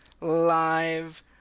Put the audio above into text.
live